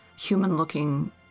human-looking